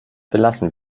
belassen